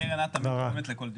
קרן, את תמיד תורמת לכל דיון.